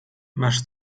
masz